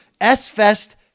S-Fest